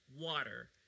Water